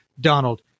Donald